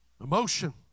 emotion